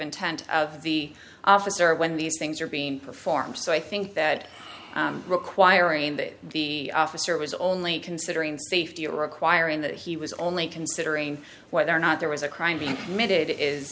intent of the officer when these things are being performed so i think that requiring that the officer was only considering safety requiring that he was only considering whether or not there was a crime being